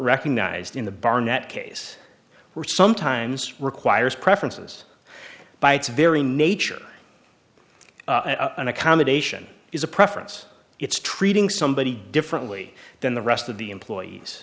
recognized in the barnett case were sometimes requires preferences by its very nature an accommodation is a preference it's treating somebody differently than the rest of the employees